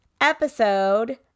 episode